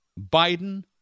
Biden